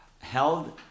held